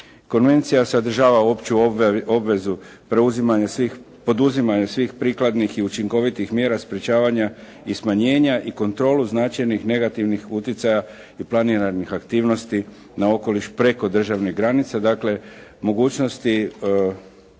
Konvencija sadržava opću obvezu poduzimanja svih prikladnih i učinkovitih mjera sprječavanja i smanjenja i kontrolu značajnih negativnih utjecaja i planiranih aktivnosti na okoliš preko državnih granica, dakle mogućnosti